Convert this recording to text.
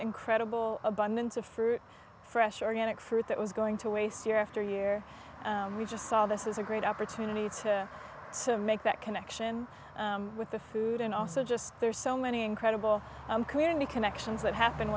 incredible abundance of fruit fresh organic fruit that was going to waste year after year we just saw this is a great opportunity to so to make that connection with the food and also just there's so many incredible community connections that happen